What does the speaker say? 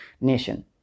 nation